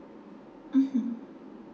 mmhmm